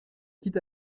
quitte